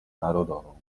narodową